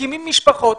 מקימים משפחות.